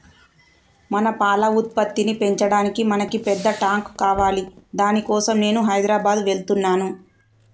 మన పాల ఉత్పత్తిని పెంచటానికి మనకి పెద్ద టాంక్ కావాలి దాని కోసం నేను హైదరాబాద్ వెళ్తున్నాను